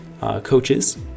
coaches